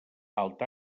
alt